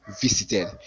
visited